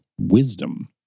wisdom